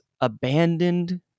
abandoned